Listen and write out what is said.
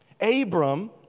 Abram